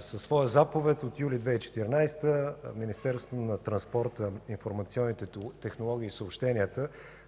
Със своя заповед от месец юли 2014 г. Министерството на транспорта, информационните технологии и съобщенията